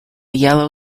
yellow